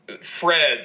Fred